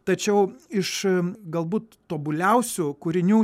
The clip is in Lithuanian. tačiau iš galbūt tobuliausių kūrinių